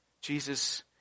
Jesus